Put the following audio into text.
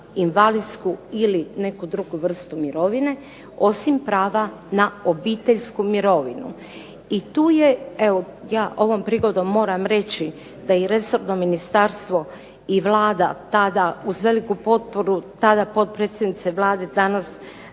invalidsku ili neku drugu vrstu mirovine, osim prava na obiteljsku mirovinu. I tu je, ja ovom prigodom moram reći da i resorno ministarstvo i Vlada tada uz veliku potporu tada potpredsjednice Vlade, danas